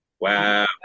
Wow